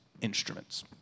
instruments